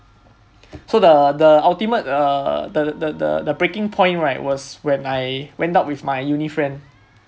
so the the ultimate uh the the the breaking point right was when I went out with my uni friend